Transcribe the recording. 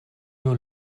nur